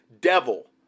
devil